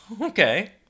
Okay